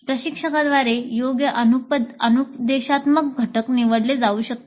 प्रशिक्षकाद्वारे योग्य अनुदेशात्मक घटक निवडले जाऊ शकतात